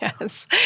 Yes